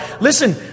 Listen